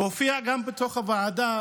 בוועדה